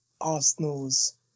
Arsenal's